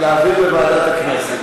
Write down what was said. להעביר לוועדת הכנסת.